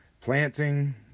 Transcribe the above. planting